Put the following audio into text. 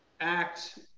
act